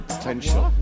potential